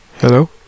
Hello